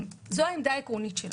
זו העמדה העקרונית שלנו.